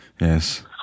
Yes